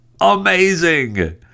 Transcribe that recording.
amazing